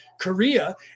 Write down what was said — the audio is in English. Korea